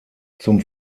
zum